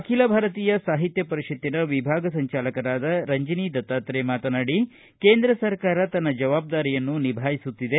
ಅಖಿಲ ಭಾರತೀಯ ಸಾಹಿತ್ಯ ಪರಿಷತ್ತಿನ ವಿಭಾಗ ಸಂಚಾಲಕರಾದ ರಂಜೀನಿ ದತ್ತಾತ್ರೇ ಮಾತನಾಡಿ ಕೇಂದ್ರ ಸರ್ಕಾರ ತನ್ನ ಜವಾಬ್ದಾರಿಯನ್ನು ನಿಭಾಯಿಸುತ್ತಿದೆ